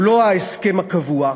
הוא לא ההסכם הקבוע.